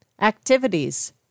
Activities